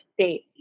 state